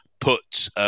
put